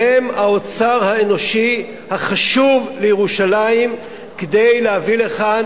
הם האוצר האנושי החשוב לירושלים כדי להביא לכאן